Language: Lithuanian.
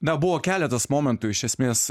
na buvo keletas momentų iš esmės